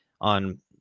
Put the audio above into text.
on